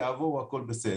זה יעבור והכל בסדר.